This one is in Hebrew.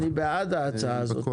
אני בעד ההצעה הזאת.